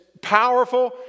powerful